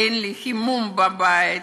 אין לי חימום בבית,